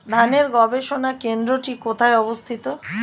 ধানের গবষণা কেন্দ্রটি কোথায় অবস্থিত?